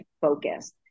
focus